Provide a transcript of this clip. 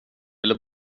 ville